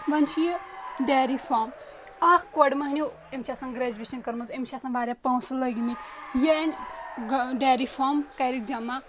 وۄنۍ چھُ یہِ ڈیری فارم اَکھ کورِ مٔہنِو أمۍ چھ آسَان گرٮ۪جویشَن کٔرمٕژ أمِس چھِ آسَان واریاہ پونٛسہٕ لٔگمٕتۍ یہِ اَنہِ گہ دیری فارم کَرِ جَمع